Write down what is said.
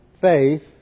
faith